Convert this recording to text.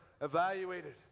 evaluated